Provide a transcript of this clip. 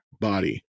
body